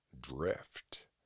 drift